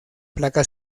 placa